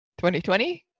2020